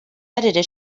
edited